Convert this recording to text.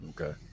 Okay